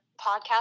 podcast